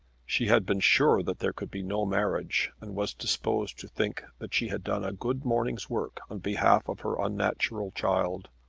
she had been sure that there could be no marriage, and was disposed to think that she had done a good morning's work on behalf of her unnatural child.